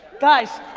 guys,